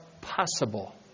possible